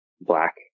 black